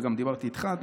וגם דיברתי איתך,